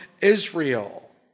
Israel